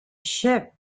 ship